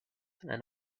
and